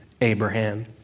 Abraham